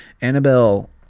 Annabelle